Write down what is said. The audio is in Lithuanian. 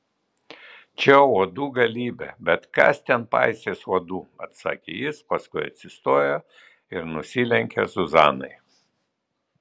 čia uodų galybė bet kas ten paisys uodų atsakė jis paskui atsistojo ir nusilenkė zuzanai